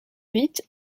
huit